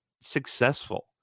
successful